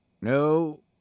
No